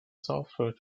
software